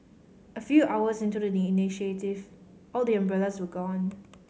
a few hours into the initiative all the umbrellas were gone